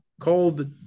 called